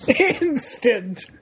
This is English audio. Instant